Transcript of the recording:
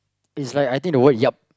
it's like I think the word yup